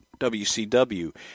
WCW